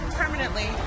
permanently